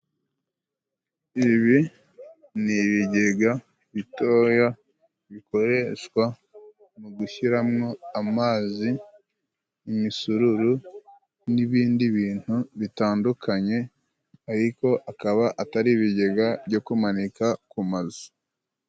Ibi ni ibigega bitoya bikoreshwa mu gushyiramwo amazi mu isururu n'ibindi bintu bitandukanye ariko akaba atari ibigega byo kumanika ku mazu.